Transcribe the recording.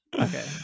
Okay